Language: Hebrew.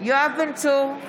יואב בן צור,